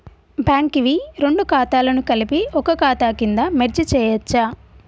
Bank వి రెండు ఖాతాలను కలిపి ఒక ఖాతా కింద మెర్జ్ చేయచ్చా?